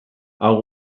hau